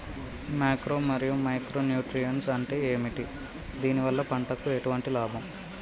Macro మరియు micro nutrients అంటే ఏమిటి? దీనివల్ల పంటకు ఎటువంటి లాభం?